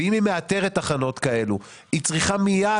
ואם היא מאתרת תחנות כאלו היא צריכה מיד